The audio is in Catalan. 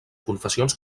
confessions